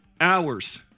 hours